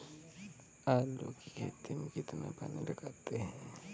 आलू की खेती में कितना पानी लगाते हैं?